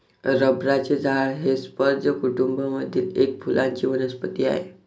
रबराचे झाड हे स्पर्ज कुटूंब मधील एक फुलांची वनस्पती आहे